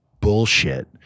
bullshit